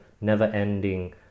never-ending